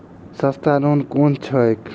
सस्ता लोन केँ छैक